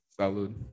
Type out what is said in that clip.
Salud